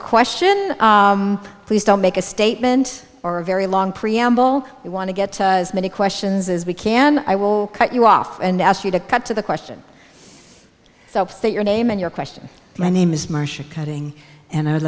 question please don't make a statement or a very long preamble we want to get as many questions as we can i will cut you off and ask you to cut to the question so that your name and your question my name is marcia cutting and i